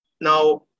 Now